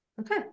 okay